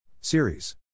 Series